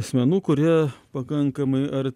asmenų kurie pakankamai ar